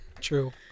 True